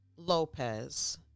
Lopez